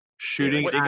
Shooting